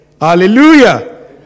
Hallelujah